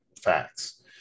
facts